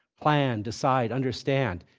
plan, decide, understand.